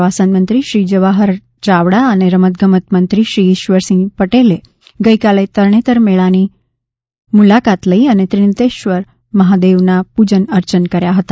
પ્રવાસનમંત્રી શ્રી જવાહર ચાવડા અને રમતગમત મંત્રી શ્રી ઇશ્વરસિંહ પટેલે ગઇકાલે તરણેતર મેળાની મુલાકાત લઈ ત્રિનેત્રેશ્વર મહાદેવના પૂજન અર્ચન કર્યા હતા